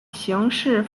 刑事